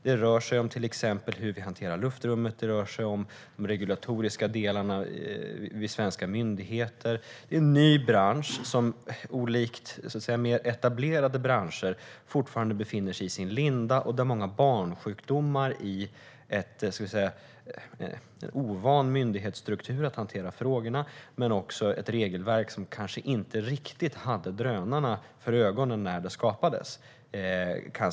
Det rör sig till exempel om hur vi hanterar luftrummet och om de regulatoriska delarna vid svenska myndigheter. Det är en ny bransch som olikt mer etablerade branscher fortfarande befinner sig i sin linda och där många barnsjukdomar uppstår i en myndighetsstruktur som är ovan vid att hantera frågorna och det också finns ett regelverk som kanske inte riktigt hade drönarna för ögonen när det skapades.